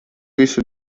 visu